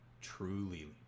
truly